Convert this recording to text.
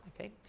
okay